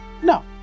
No